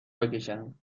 بکشم